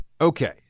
Okay